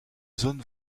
zone